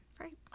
Right